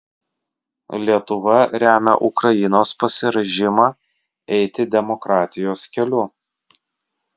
lietuva remia ukrainos pasiryžimą eiti demokratijos keliu